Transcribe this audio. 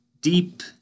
deep